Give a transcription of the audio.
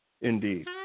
indeed